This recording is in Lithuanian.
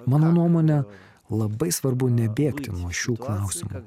mano nuomone labai svarbu nebėgti nuo šių klausimų